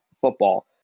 football